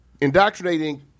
indoctrinating